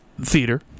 theater